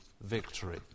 victory